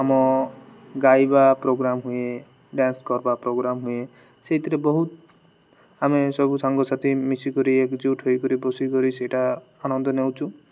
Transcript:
ଆମ ଗାଇବା ପ୍ରୋଗ୍ରାମ ହୁଏ ଡ୍ୟାନ୍ସ କର୍ବା ପ୍ରୋଗ୍ରାମ ହୁଏ ସେଇଥିରେ ବହୁତ ଆମେ ସବୁ ସାଙ୍ଗସାଥି ମିଶିକରି ଏକଜୁଟ ହୋଇକରି ବସିକରି ସେଇଟା ଆନନ୍ଦ ନେଉଛୁ